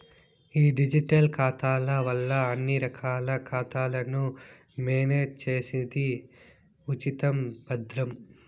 ఈ డిజిటల్ ఖాతాల వల్ల అన్ని రకాల ఖాతాలను మేనేజ్ చేసేది ఉచితం, భద్రం